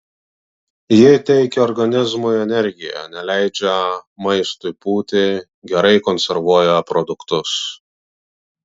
ji teikia organizmui energiją neleidžia maistui pūti gerai konservuoja produktus